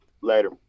Later